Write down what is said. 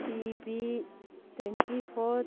P V twenty four